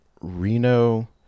Reno